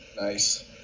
Nice